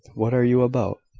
what are you about?